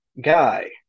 Guy